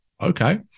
Okay